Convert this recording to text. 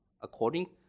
according